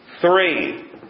Three